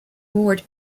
moored